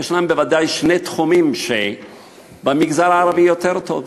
ישנם בוודאי שני תחומים שבמגזר הערבי מצבם יותר טוב.